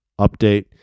Update